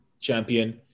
champion